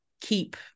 keep